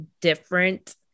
different